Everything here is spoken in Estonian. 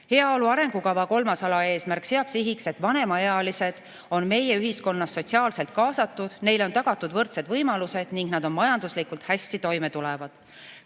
Heaolu arengukava kolmas alaeesmärk seab sihiks, et vanemaealised oleksid meie ühiskonnas sotsiaalselt kaasatud, neile oleks tagatud võrdsed võimalused ning nad tuleksid majanduslikult hästi toime.